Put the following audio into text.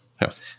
yes